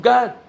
God